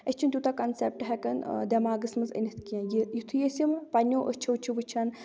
أسۍ چھِ نہٕ تیوٗتاہ کَنسیپٹ ہٮ۪کان دٮ۪ماغَس منٛز أنِتھ کیٚنٛہہ یہِ یِتھُے أسۍ یِم پَنٕنٮ۪و أچھِو چھِ وُچھان